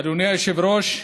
אדוני היושב-ראש,